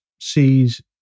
sees